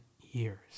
years